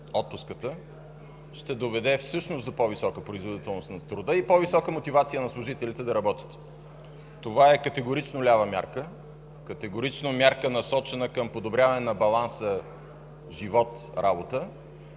отпуската ще доведе всъщност до по-висока производителност на труда и по-висока мотивация на служителите да работят. Това е категорично лява мярка, категорично мярка, насочена към подобряване баланса „живот-работа”.